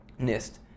NIST